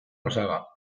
osaba